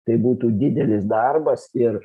tai būtų didelis darbas ir